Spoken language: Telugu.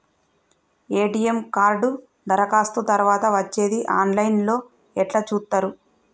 ఎ.టి.ఎమ్ కార్డు దరఖాస్తు తరువాత వచ్చేది ఆన్ లైన్ లో ఎట్ల చూత్తరు?